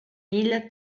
mille